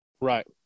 Right